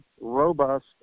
robust